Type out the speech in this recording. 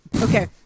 Okay